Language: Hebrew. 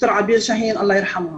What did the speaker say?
ד"ר עביר שאהין אללה ירחמה.